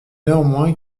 néanmoins